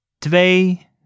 twee